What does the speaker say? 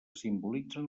simbolitzen